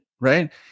right